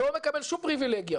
לא מקבל שום פריבילגיה.